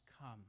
Come